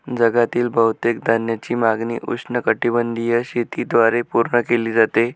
जगातील बहुतेक धान्याची मागणी उष्णकटिबंधीय शेतीद्वारे पूर्ण केली जाते